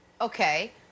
okay